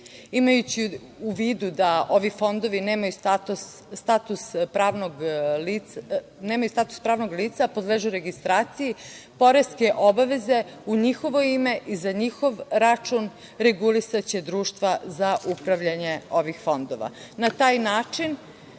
Imajući u vidu da ovi fondovi nemaju status pravnog lica a podležu registraciji poreske obaveze u njihovo ime i za njihov račun regulisaće društva za upravljanje ovih fondova. Na taj način